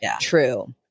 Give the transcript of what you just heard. true